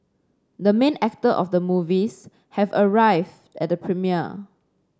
the main actor of the movies have arrived at the premiere